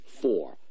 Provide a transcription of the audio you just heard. four